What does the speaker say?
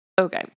okay